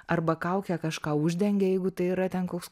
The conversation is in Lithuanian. arba kaukė kažką uždengia jeigu tai yra ten koks